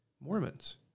Mormons